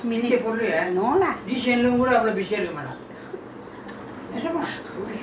cannot lah my work got extra hours I've been working last minute no lah